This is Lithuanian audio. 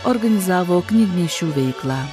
organizavo knygnešių veiklą